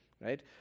right